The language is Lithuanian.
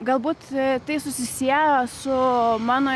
galbūt tai susisieja su mano